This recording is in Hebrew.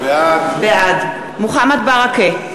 בעד מוחמד ברכה,